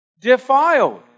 defiled